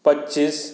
पच्चीस